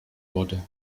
wurde